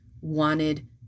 wanted